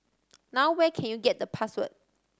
now where can you get the password